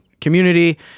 community